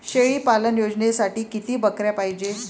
शेळी पालन योजनेसाठी किती बकऱ्या पायजे?